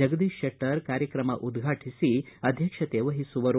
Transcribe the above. ಜಗದೀಶ ಶೆಟ್ಟರ್ ಕಾರ್ಯಕ್ರಮ ಉದ್ಘಾಟಿಸಿ ಅಧ್ಯಕ್ಷತೆ ವಹಿಸುವರು